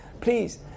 Please